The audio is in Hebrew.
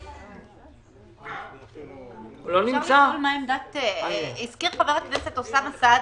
נכים ונפגעים, מול חברות ביטוח זה שנים רבות.